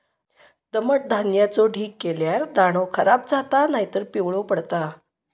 दमट धान्याचो ढीग केल्यार दाणो खराब जाता नायतर पिवळो पडता